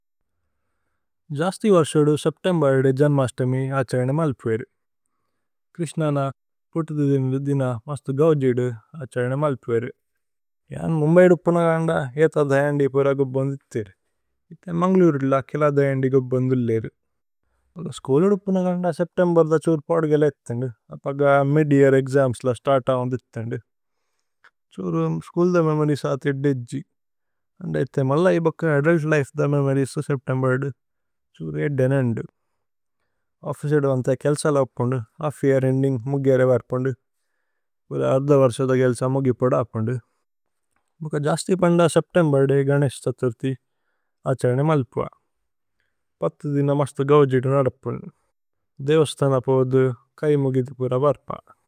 ജസ്തി വര്സദു സേപ്തേമ്ബേര്ദേ ജന്മശ്തമി അഛയനേ। മല്പുവേരു ക്രിശ്നന പുത്തുധുദിന് വുദ്ദിന മസ്തു। ഗൌജിദു അഛയനേ മല്പുവേരു ജന് മുമ്ബൈ ദുപുന। ഗന്ദ ഹേത ദയന്ദി പുര ഗുബോന്ദിഥിരു ഇഥേ। മന്ഗലുരില കില ദയന്ദി ഗുബോന്ദുലിരു സ്കൂലി। ദുപുന ഗന്ദ സേപ്തേമ്ബേര്ദ ഛ്ഹുര് പോദ്ഗല ഇഥന്ദു। അപഗ മിദ്യേഅര് ഏക്സമ്സ്ല സ്തര്തവന്ദിഥന്ദു ഛ്ഹുരുമ്। സ്കൂല്ദ മേമോരിഏസ് ആഥ് ഏധേജ്ജി ഇഥേ മല്ല ഇബോക്ക। അദുല്ത് ലിഫേദ മേമോരിഏസ്തു സേപ്തേമ്ബേര്ദു ഛ്ഹുര് ഏദ്ദേ। നന്ദു ഓഫ്ഫിചേദു അന്ഥേ കേല്സലു അപ്പുന്ദു ഹല്ഫ് യേഅര്। ഏന്ദിന്ഗ് മുഗ്ഗേരേ വര്പുന്ദു പുര അര്ധ വര്സദു ഗേല്സ। മുഗി പോദ അപ്പുന്ദു ഭുക്ക ജസ്തി പന്ദു സേപ്തേമ്ബേര്ദേ। ഗനേശ് ഛ്ഹതുര്ഥി അഛയനേ മല്പുഅ പുത്തുധുദിന്। മസ്തു ഗൌജിദു നദപുന്ദു ദേവസ്തന। പോദു കൈ മുഗിദു പുര വര്പ।